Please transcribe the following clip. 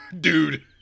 dude